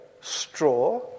straw